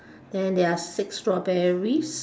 then there are six strawberries